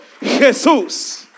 Jesús